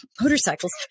motorcycles